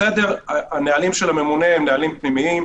הנהלים של הממונה הם נהלים פנימיים,